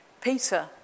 Peter